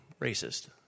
racist